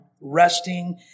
resting